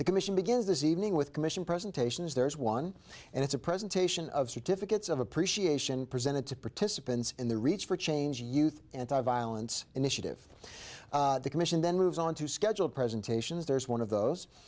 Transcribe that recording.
the commission begins this evening with commission presentations there is one and it's a presentation of certificates of appreciation presented to participants in the reach for change youth anti violence initiative the commission then moves on to schedule presentations there is one of those